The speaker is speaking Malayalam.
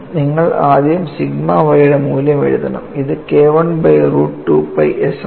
നിങ്ങൾ ആദ്യം സിഗ്മ y യുടെ മൂല്യം എഴുതണം അത് K I by root 2 pi s ആണ്